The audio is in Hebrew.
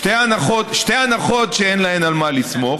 שתי הנחות שאין להן על מה לסמוך.